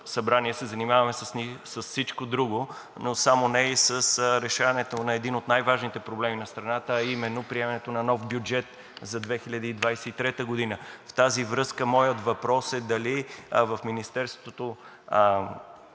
събрание се занимаваме с всичко друго, но само не и с решаването на един от най-важните проблеми на страната, а именно приемането на нов бюджет за 2023 г., в тази връзка моят въпрос е дали в Министерството